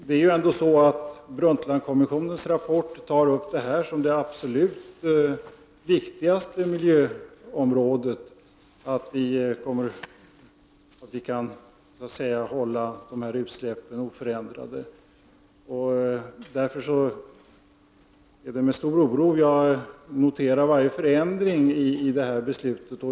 Brundtlandkommissionen tar upp detta som det absolut viktigaste på miljöområdet, att vi kan hålla utsläppen på en oförändrad nivå. Därför är det med stor oro jag noterar varje förändring av detta beslut.